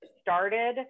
started